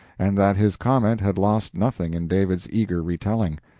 and that his comment had lost nothing in david's eager retelling.